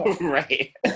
right